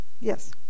Yes